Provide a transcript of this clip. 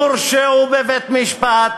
הורשעו בבית-משפט,